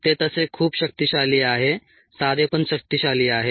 ते तसे खूप शक्तिशाली आहे साधे पण शक्तिशाली आहे